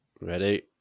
Ready